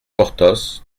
porthos